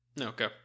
okay